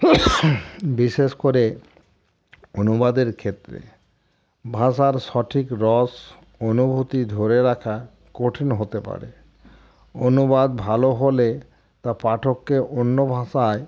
বিশেষ করে অনুবাদের ক্ষেত্রে ভাষার সঠিক রস অনুভূতি ধরে রাখা কঠিন হতে পারে অনুবাদ ভালো হলে তা পাঠককে অন্য ভাষায়